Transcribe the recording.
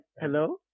hello